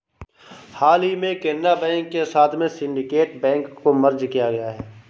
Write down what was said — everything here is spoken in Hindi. हाल ही में केनरा बैंक के साथ में सिन्डीकेट बैंक को मर्ज किया गया है